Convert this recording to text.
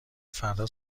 فردا